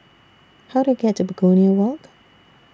How Do I get to Begonia Walk